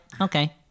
okay